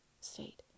state